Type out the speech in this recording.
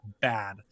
bad